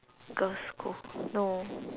girls' school no